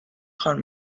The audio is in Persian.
خوان